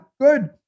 good